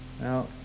Now